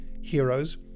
heroes